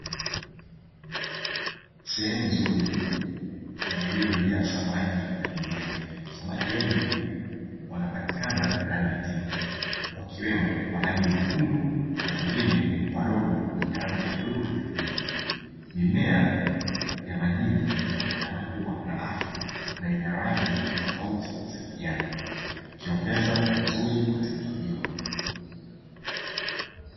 Sehemu nzuri na iliyojaa samaki na mimea, samaki wengi wanapatikana ndani ya tenki, wakiwemo wa rangi nyekundu na wengine wadogo wenye rangi ya bluu na nyekundu, mimea ya majini inaonekana kuwa na afya na ina rangi tofauti za kijani ikiongeza uzuri wa tenki hilo.